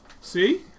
See